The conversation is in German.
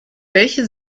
welche